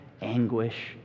anguish